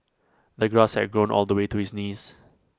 the grass had grown all the way to his knees